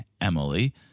Emily